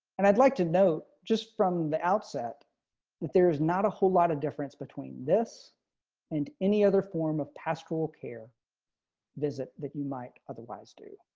and i'd like to note, just from the outset that there is not a whole lot of difference between this and any other form of pastoral care visit that you might otherwise do